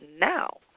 now